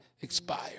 expired